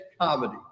comedy